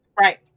Right